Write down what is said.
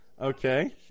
Okay